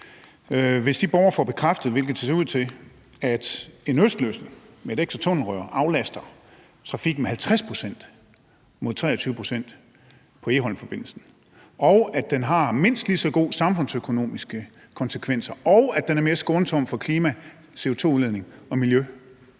Hvis de borgere får bevist, hvilket det ser ud til, at en østløsning med et ekstra tunnelrør aflaster trafikken med 50 pct. mod 23 pct. på Egholmforbindelsen, og at den har mindst lige så gode samfundsøkonomiske konsekvenser, og at den er mere skånsom for klima, CO2-udledning og miljø,